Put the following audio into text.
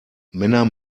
männer